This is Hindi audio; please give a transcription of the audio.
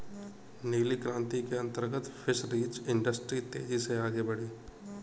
नीली क्रांति के अंतर्गत फिशरीज इंडस्ट्री तेजी से आगे बढ़ी